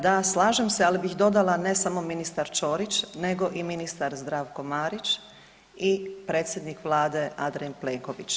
Da, slažem se, ali bih dodala ne samo ministar Ćorić nego i ministar Zdravko Marić i predsjednik Vlade Andrej Plenković.